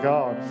God